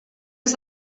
ens